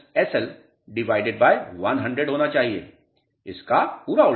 यह G100 होना चाहिए इसका पूरा उलटा